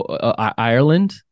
Ireland